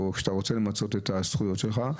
או כשאתה רוצה למצות את הזכויות שלך,